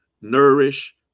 nourish